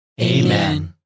Amen